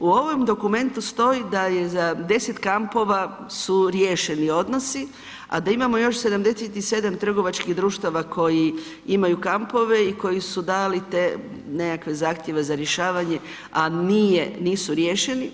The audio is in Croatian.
U ovom dokumentu stoji da je za 10 kampova su riješeni odnosi, a da imamo još 77 trgovačkih društava koji imaju kampove i koji su dali nekakve zahtjeve za rješavanje, a nisu riješeni.